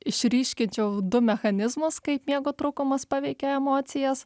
išryškinčiau du mechanizmas kaip miego trūkumas paveikia emocijas